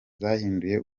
zahinduye